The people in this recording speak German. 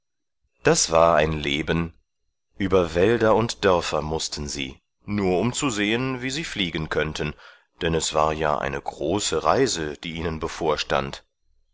das war ein leben über wälder und dörfer mußten sie nur um zu sehen wie sie fliegen könnten denn es war ja eine große reise die ihnen bevorstand